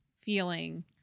feeling